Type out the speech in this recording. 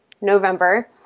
November